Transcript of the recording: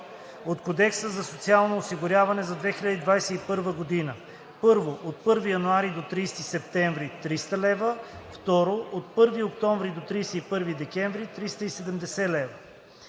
от Кодекса за социално осигуряване за 2021 г.: 1. от 1 януари до 30 септември – 300 лв.; 2. от 1 октомври до 31 декември – 370 лв.“